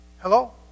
Hello